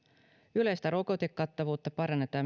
yleistä rokotekattavuutta parannetaan